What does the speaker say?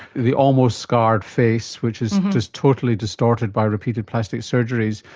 the almost scarred face which is just totally distorted by repeated plastic surgeries.